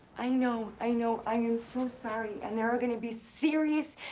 i know, i know, i am so sorry, and there are gonna be serious,